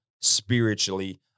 spiritually